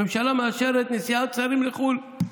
הממשלה מאשרת נסיעת שרים לחו"ל.